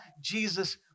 Jesus